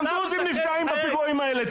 גם דרוזים נפגעים בפיגועים האלה.